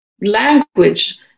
language